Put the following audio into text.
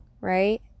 right